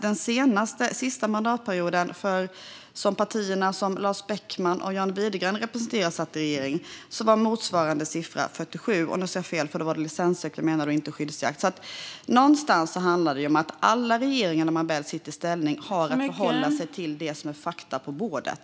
Den sista mandatperiod som det parti som Lars Beckman och John Widegren representerar satt i regeringen var motsvarande siffra 47. Någonstans handlar det om att alla partier när man väl sitter i regeringsställning har att förhålla sig till det som är fakta på bordet.